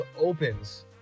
opens